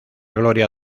gloria